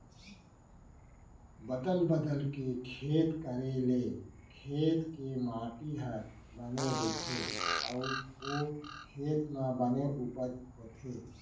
बदल बदल के खेत करे ले खेत के माटी ह बने रइथे अउ ओ खेत म बने उपज होथे